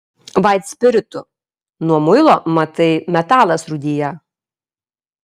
vaitspiritu nuo muilo matai metalas rūdija